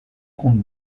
compte